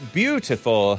beautiful